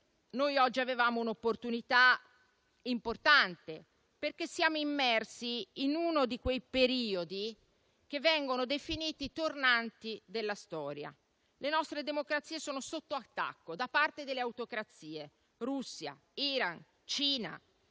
noi oggi avevamo un'opportunità importante, perché siamo immersi in uno di quei periodi che vengono definiti tornanti della storia. Le nostre democrazie sono sotto attacco da parte delle autocrazie (Russia, Iran, Cina),